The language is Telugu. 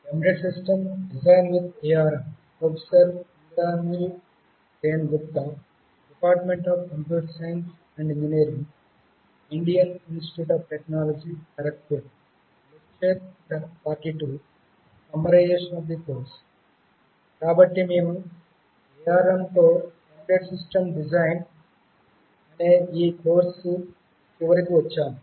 కాబట్టి మేము ARM తో ఎంబెడెడ్ సిస్టమ్ డిజైన్ అనే ఈ కోర్సు చివరికి వచ్చాము